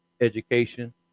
education